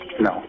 No